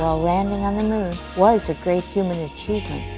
landing on the moon was a great human achievement,